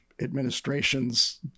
administration's